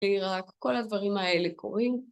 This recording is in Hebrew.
רק כל הדברים האלה קורים.